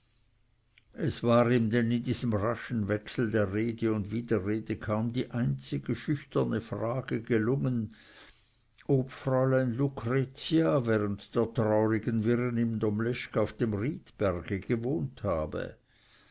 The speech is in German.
es war ihm denn in diesem raschen wechsel der rede und widerrede kaum die einzige schüchterne frage gelungen ob fräulein lucretia während der traurigen wirren im domleschg auf dem riedberge gewohnt habe